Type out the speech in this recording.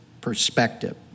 perspective